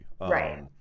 Right